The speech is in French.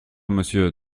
monsieur